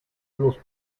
los